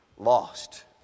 ...lost